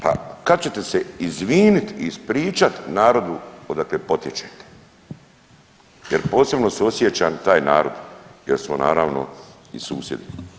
Pa kad ćete se izvinit i ispričat narodu odakle potječete jer posebno suosjećam taj narod jer smo naravno i susjedi.